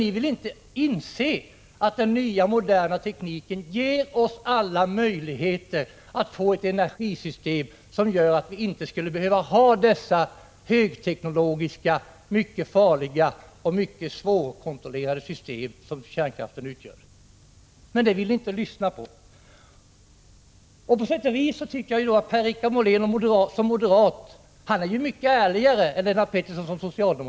Ni vill inte inse att den nya moderna tekniken ger oss alla möjligheter att skapa ett energisystem som gör att vi inte skulle behöva det högteknologiska, mycket farliga och mycket svårkontrollerade system som kärnkraften utgör men ni vill inte lyssna på våra argument. På sätt och vis är moderaten Per-Richard Molén mycket ärligare än socialdemokraten Lennart Pettersson.